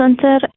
center